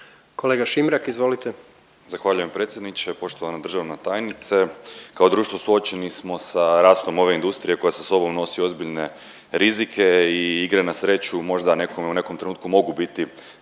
Maksimilijan (HDZ)** Zahvaljujem predsjedniče. Poštovana državna tajnice, kao društvo suočeni smo sa rastom ove industrije koja sa sobom nosi ozbiljne rizike i igre na sreću možda nekome u nekom trenutku mogu biti